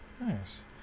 Nice